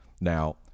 Now